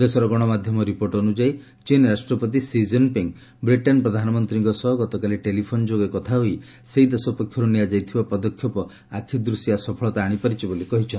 ଦେଶର ଗଣମାଧ୍ୟମ ରିପୋର୍ଟ ଅନୁଯାୟୀ ଚୀନ୍ ରାଷ୍ଟ୍ରପତି ସି ଜିନ୍ପିଙ୍ଗ୍ ବ୍ରିଟେନ୍ ପ୍ରଧାନମନ୍ତ୍ରୀଙ୍କ ସହ ଗତକାଲି ଟେଲିଫୋନ୍ ଯୋଗେ କଥା ହୋଇ ସେହି ଦେଶ ପକ୍ଷରୁ ନିଆଯାଇଥିବା ପଦକ୍ଷେପ ଆଖିଦୂଶିଆ ସଫଳତା ଆଣିପାରିଛି ବୋଲି କହିଛନ୍ତି